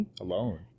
alone